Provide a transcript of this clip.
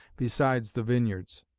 besides the vineyards.